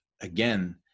again